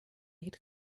aid